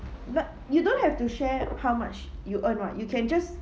but you don't have to share how much you earn right you can just